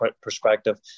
perspective